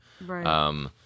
Right